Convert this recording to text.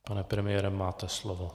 Pane premiére, máte slovo.